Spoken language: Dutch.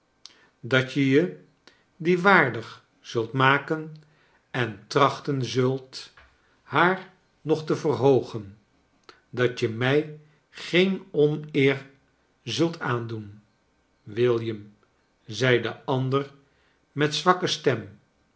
dat je je die waardig zult maken en trachten zult haar nog te verhoogen dat je mij geen oneer zult aandoen william zei do ander met zwakke stem